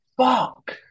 fuck